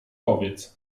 powiedz